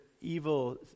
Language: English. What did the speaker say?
evil